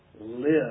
live